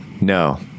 No